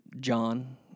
John